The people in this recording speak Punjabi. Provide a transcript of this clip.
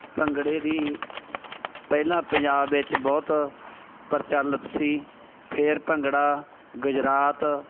ਭੰਗੜੇ ਦੀ ਪਹਿਲਾਂ ਪੰਜਾਬ ਵਿੱਚ ਬਹੁਤ ਪ੍ਰਚਲਿਤ ਸੀ ਫਿਰ ਭੰਗੜਾ ਗੁਜਰਾਤ